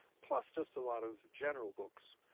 plus just a lot of general books,